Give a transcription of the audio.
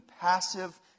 passive